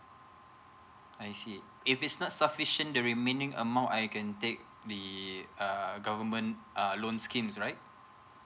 I see if it's not sufficient the remaining amount I can take the uh government uh loan schemes right